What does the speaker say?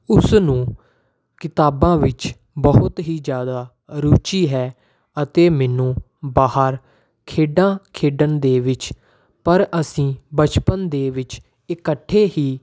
ਉਸ ਨੂੰ ਕਿਤਾਬਾਂ ਵਿੱਚ ਬਹੁਤ ਹੀ ਜ਼ਿਆਦਾ ਰੁਚੀ ਹੈ ਅਤੇ ਮੈਨੂੰ ਬਾਹਰ ਖੇਡਾਂ ਖੇਡਣ ਦੇ ਵਿੱਚ ਪਰ ਅਸੀਂ ਬਚਪਨ ਦੇ ਵਿੱਚ ਇਕੱਠੇ ਹੀ